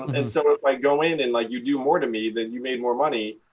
and so if i go in and, like, you do more to me, then you made more money.